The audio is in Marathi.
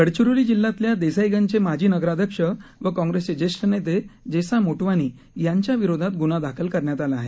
गडचिरोली जिल्ह्यातल्या देसाईगंजचे माजी नगराध्यक्ष व काँग्रेसचे ज्येष्ठ नेते जेसा मोटवानी यांच्याविरोधात ग्न्हा दाखल करण्यात आला आहे